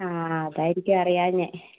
ആ ആ അതായിരിക്കും അറിയാഞ്ഞേ